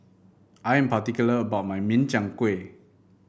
I am particular about my Min Chiang Kueh